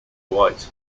white